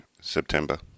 September